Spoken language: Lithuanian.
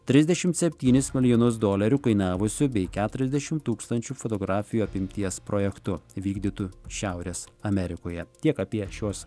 trisdešimt septynis milijonus dolerių kainavusiu bei keturiasdešimt tūkstančių fotografijų apimties projektu vykdytų šiaurės amerikoje tiek apie šios